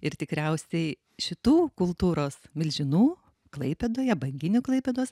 ir tikriausiai šitų kultūros milžinų klaipėdoje banginių klaipėdos